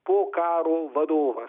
po karo vadovas